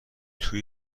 توی